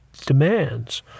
demands